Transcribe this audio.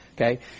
okay